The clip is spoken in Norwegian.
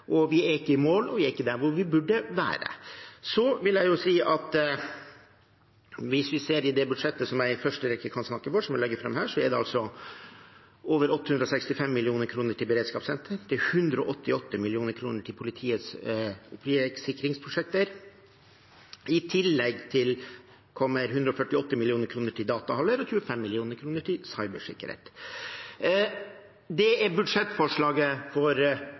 klart. Vi er ikke i mål, og vi er ikke der hvor vi burde være. Så vil jeg si at hvis vi ser på det budsjettet som jeg i første rekke kan snakke for, som jeg legger fram her, er det over 865 mill. kr til beredskapssenter, det er 188 mill. kr til politiets sikringsprosjekter, i tillegg kommer 148 mill. kr til datahaller og 25 mill. kr til cybersikkerhet. Det er budsjettforslaget for